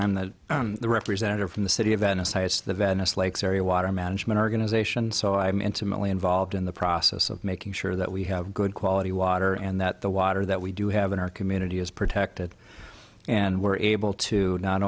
i'm the representative from the city of venice and it's the venice lakes area water management organization so i'm intimately involved in the process of making sure that we have good quality water and that the water that we do have in our community is protected and we're able to not